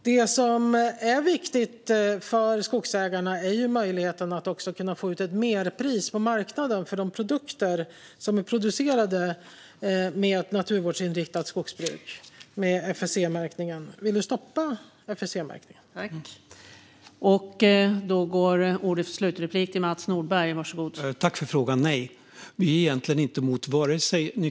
Det som är viktigt för skogsägarna är möjligheten att få ut ett merpris på marknaden för de produkter som är producerade med ett naturvårdsinriktat skogsbruk med FSC-märkning. Vill du stoppa FSC-märkningen?